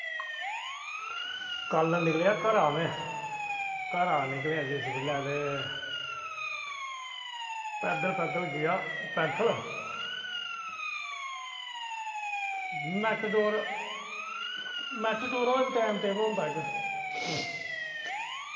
कल्ल निकलेआ घरा में घरा निकलेआ जिस बेल्ले ते पैदल पैदल गेआ पैंथल मैटाडोर मैटाडोर आह्ले दा बी टाईम टेबल होंदा इक्क